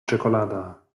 czekolada